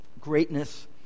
Greatness